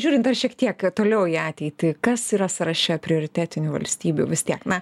žiūrint dar šiek tiek toliau į ateitį kas yra sąraše prioritetinių valstybių vis tiek na